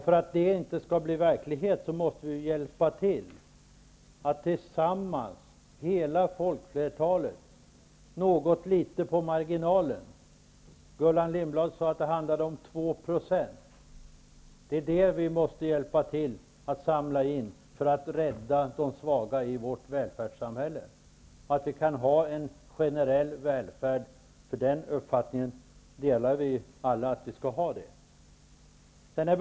För att det inte skall bli verklighet måste vi, folkflertalet, hjälpa till litet på marginalen. Gullan Lindblad sade att det handlade om 2 %. Det är så mycket vi måste hjälpa till att samla in, för att rädda de svaga i vårt välfärdssamhälle, så att vi kan ha en generell välfärd. Uppfattningen att vi skall ha en generell välfärd delar vi alla.